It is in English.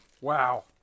Wow